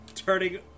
Turning